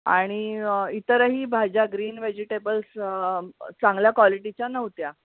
आणि इतरही भाज्या ग्रीन व्हेजिटेबल्स चांगल्या क्वालिटीच्या नव्हत्या